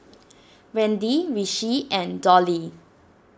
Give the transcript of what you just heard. Randy Rishi and Dolly